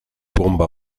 bonba